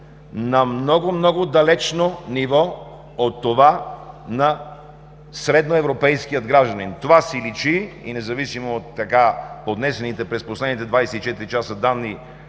на много, много далечно ниво от това на средноевропейския гражданин. Това личи и независимо от така поднесените през последните 24 часа данни